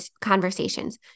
conversations